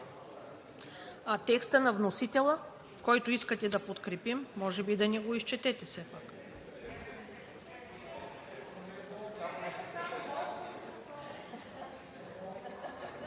А текста на вносителя, който искате да подкрепим – може би да ни го изчетете все пак?